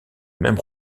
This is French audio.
même